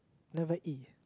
never E